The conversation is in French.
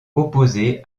opposée